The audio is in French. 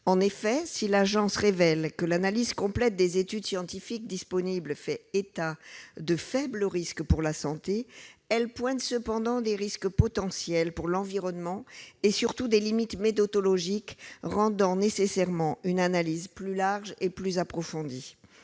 En effet, si l'Agence révèle que l'analyse complète des études scientifiques disponibles fait état de faibles risques pour la santé, elle pointe cependant des risques potentiels pour l'environnement et, surtout, des limites méthodologiques rendant nécessaire une analyse plus large et plus approfondie.